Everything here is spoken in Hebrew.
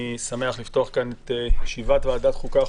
אני שמח לפתוח את ישיבת ועדת החוקה,